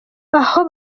aho